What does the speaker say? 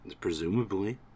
Presumably